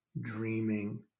dreaming